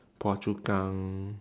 phua chu kang